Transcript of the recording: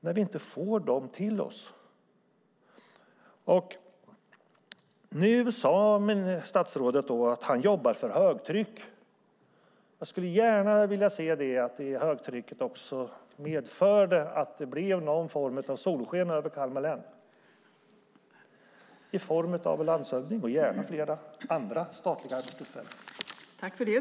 Nu sade statsrådet att han jobbar för högtryck. Jag skulle gärna vilja se att detta högtryck också medförde solsken över Kalmar län i form av en landshövding och gärna fler statliga arbetstillfällen.